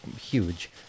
huge